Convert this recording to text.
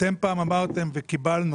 אתם פעם אמרתם וקיבלנו